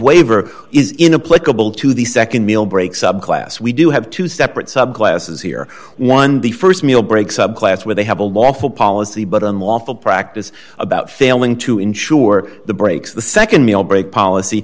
in to the nd meal break subclass we do have two separate subclasses here one the st meal breaks up class where they have a lawful policy but unlawful practice about failing to ensure the breaks the nd meal break policy